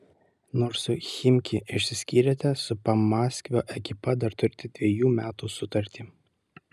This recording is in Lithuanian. nors su chimki išsiskyrėte su pamaskvio ekipa dar turite dvejų metų sutartį